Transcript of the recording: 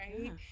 right